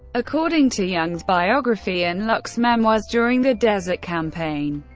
according to young's biography and luck's memoirs, during the desert campaign,